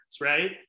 right